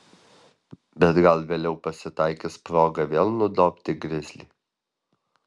bet gal vėliau pasitaikys proga vėl nudobti grizlį